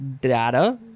data